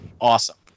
awesome